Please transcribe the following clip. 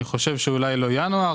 אני חושב שאולי לא ינואר,